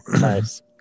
Nice